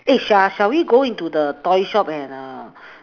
eh shall shall we go into the toy shop and err